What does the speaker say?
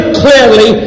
clearly